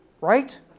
right